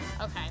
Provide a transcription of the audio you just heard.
Okay